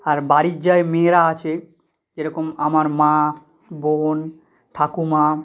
আর বাড়ির যেই মেয়েরা আছে যেরকম আমার মা বোন ঠাকুমা